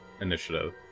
initiative